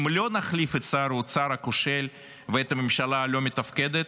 אם לא נחליף את שר האוצר הכושל ואת הממשלה הלא-מתפקדת,